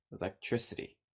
electricity